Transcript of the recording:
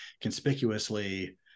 conspicuously